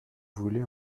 voulez